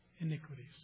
iniquities